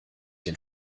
den